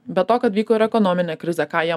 be to kad vyko ir ekonominė krizė ką jie